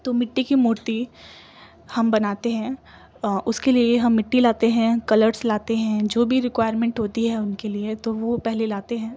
تو مٹی کی مورتی ہم بناتے ہیں اس کے لیے ہم مٹی لاتے ہیں کلرس لاتے ہیں جو بھی ریکوائرمنٹ ہوتی ہے ان کے لیے تو وہ پہلے لاتے ہیں